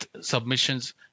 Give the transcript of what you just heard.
submissions